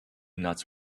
nuts